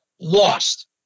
lost